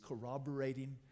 corroborating